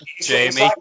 Jamie